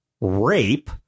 rape